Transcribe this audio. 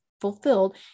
fulfilled